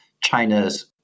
China's